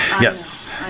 yes